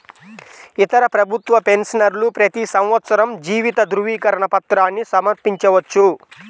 ఇతర ప్రభుత్వ పెన్షనర్లు ప్రతి సంవత్సరం జీవిత ధృవీకరణ పత్రాన్ని సమర్పించవచ్చు